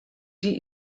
die